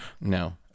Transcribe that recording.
No